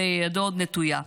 וידו עוד נטויה.